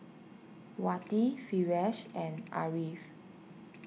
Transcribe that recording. Wati Firash and Ariff